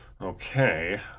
Okay